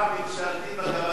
אם לא ישמעו אותו לא ייגעו בו.